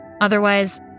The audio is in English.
Otherwise